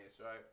right